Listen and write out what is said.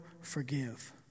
forgive